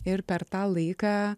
ir per tą laiką